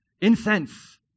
Incense